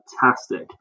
fantastic